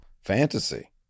fantasy